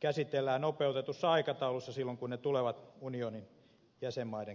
käsitellään nopeutetussa aikataulussa silloin kun ne tulevat unionin jäsenmaiden kansalaisilta